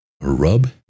rub